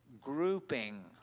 grouping